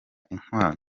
inkwano